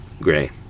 Gray